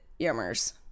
yummers